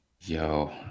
yo